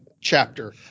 chapter